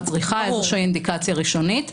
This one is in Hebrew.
את צריכה אינדיקציה ראשונית כלשהי.